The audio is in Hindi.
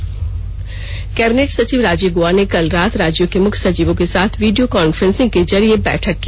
कैबिनेट सचिव कैबिनेट सचिव राजीव गौबा ने कल रात राज्यों के मुख्य सचिवों के साथ वीडियो काफ्रेंसिंग के जरिए बैठक की